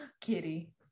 kitty